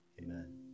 Amen